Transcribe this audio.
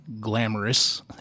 glamorous